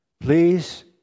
please